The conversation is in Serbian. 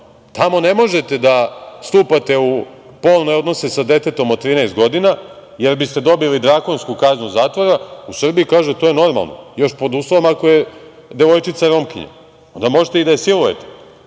Tamo ne možete da stupate u polne odnose sa detetom od 13 godina, jer biste dobili drakonsku kaznu zatvora.U Srbiji kažu - to je normalno, još pod uslovom ako je devojčica Romkinja, onda možete i da je silujete.